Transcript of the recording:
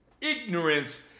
ignorance